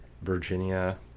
Virginia